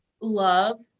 love